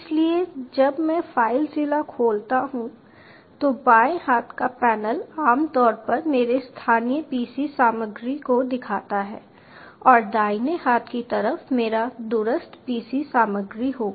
इसलिए जब मैं फाइलझीला खोलता हूं तो बाएं हाथ का पैनल आम तौर पर मेरे स्थानीय PC सामग्री को दिखाता है और दाहिने हाथ की तरफ मेरा दूरस्थ PC सामग्री होगा